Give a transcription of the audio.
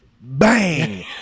bang